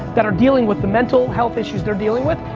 that are dealing with the mental health issues, they're dealing with,